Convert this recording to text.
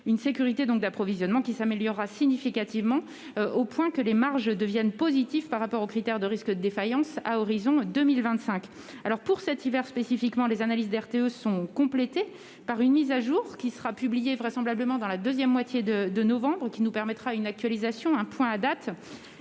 cette sécurité d'approvisionnement s'améliorera significativement, au point que les marges deviennent positives par rapport aux critères de risque de défaillance à l'horizon 2025. Pour cet hiver spécifiquement, les analyses de RTE seront complétées par une mise à jour, qui sera vraisemblablement publiée dans la seconde moitié de novembre, ce qui nous permettra un point à date.